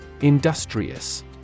Industrious